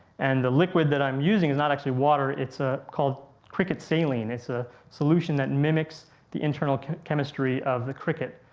and the liquid that i'm using is not actually water, it's ah called cricket saline, it's a solution that mimics the internal chemistry of the cricket.